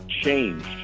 changed